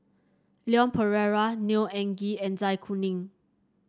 Leon Perera Neo Anngee and Zai Kuning